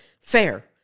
Fair